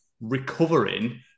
recovering